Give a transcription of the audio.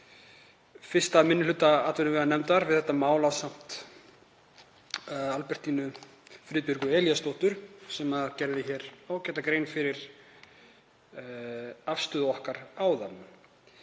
1. minni hluta atvinnuveganefndar við þetta mál ásamt Albertínu Friðbjörgu Elíasdóttur, sem gerði ágæta grein fyrir afstöðu okkar áðan.